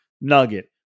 nugget